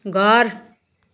घर